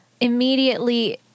immediately